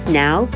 now